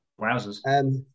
wowzers